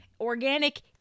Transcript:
organic